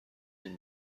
این